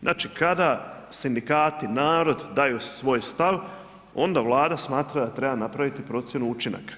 Znači, kada sindikati, narod daju svoj stav, onda Vlada smatra da treba napraviti procjenu učinaka.